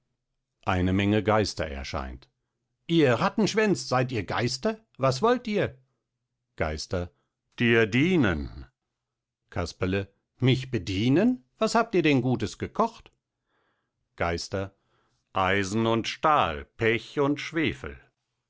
eine menge geister erscheint ihr rattenschwänz seid ihr geister was wollt ihr geister dir dienen casperle mich bedienen was habt ihr denn gutes gekocht geister eisen und stahl pech und schwefel